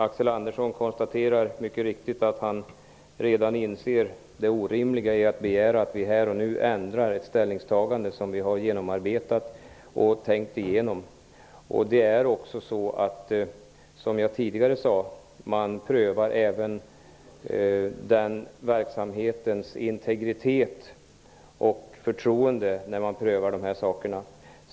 Axel Andersson konstaterar mycket riktigt att han redan inser det orimliga i att begära att vi här och nu ändrar ett ställningstagande som vi gjort och tänkt igenom. Som jag sade tidigare prövar man även integriteten och förtroendet när man prövar de här sakerna.